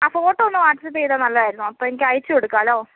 ആ ഫോട്ടോ ഒന്ന് വാട്ട്സ്ആപ്പ് ചെയ്താൽ നല്ലതായിരുന്നു അപ്പോൾ എനിക്ക് അയച്ചു കൊടുക്കാമല്ലോ